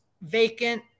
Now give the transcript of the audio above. vacant